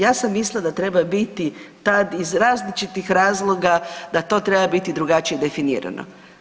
Ja sam mislila da treba biti tad iz različitih razloga da to treba drugačije definirano.